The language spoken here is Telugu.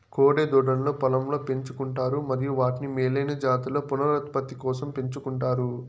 కోడె దూడలను పొలంలో పెంచు కుంటారు మరియు వాటిని మేలైన జాతుల పునరుత్పత్తి కోసం పెంచుకుంటారు